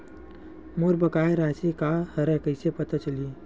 मोर बकाया राशि का हरय कइसे पता चलहि?